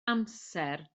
amser